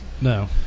No